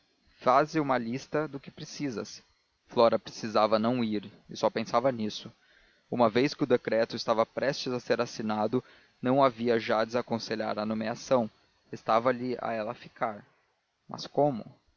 faze uma lista do que precisas flora precisava não ir e só pensava nisso uma vez que o decreto estava prestes a ser assinado não havia já desaconselhar a nomeação restava-lhe a ela ficar mas como